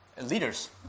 leaders